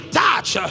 touch